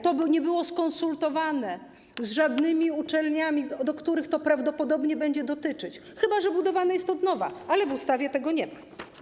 To nie było skonsultowane z żadnymi uczelniami, których to prawdopodobnie będzie dotyczyć, chyba że budowane jest od nowa, ale w ustawie tego nie ma.